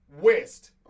West